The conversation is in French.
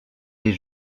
des